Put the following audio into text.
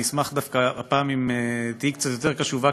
אני אשמח דווקא הפעם אם תהיה קצת יותר קשובה,